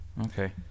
Okay